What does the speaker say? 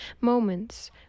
Moments